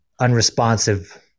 unresponsive